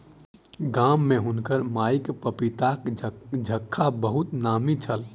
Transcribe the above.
गाम में हुनकर माईक पपीताक झक्खा बहुत नामी छल